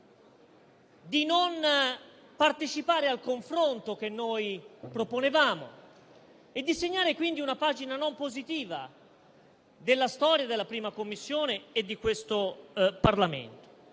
di non partecipare al confronto che noi proponevamo e di segnare quindi una pagina non positiva della storia della 1a Commissione e di questo Parlamento.